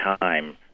time